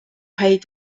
häid